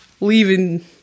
leaving